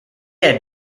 had